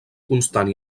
constant